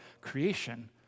creation